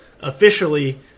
officially